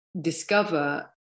discover